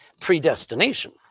predestination